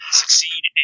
succeed